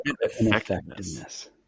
effectiveness